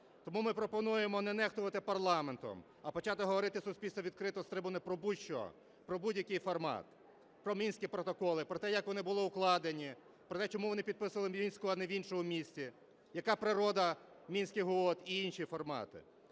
Тому ми пропонуємо не нехтувати парламентом, а почати говорити суспільству відкрито з трибуни про будь-що, про будь-який формат, про Мінські протоколи, про те, як вони були укладені, про те, чому вони підписувались в Мінську, а не в іншому місті, яка природа Мінських угод і інші формати.